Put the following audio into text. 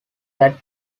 that